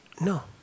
No